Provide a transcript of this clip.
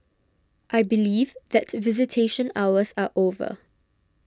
I believe that visitation hours are over